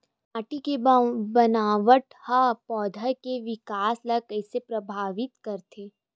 माटी के बनावट हा पौधा के विकास ला कइसे प्रभावित करथे?